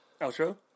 Outro